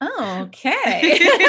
okay